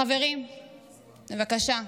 חברים, בבקשה,